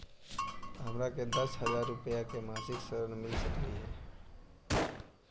हमरा के दस हजार रुपया के मासिक ऋण मिल सकली हे?